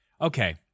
Okay